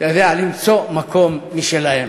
אתה יודע, למצוא מקום משלהם.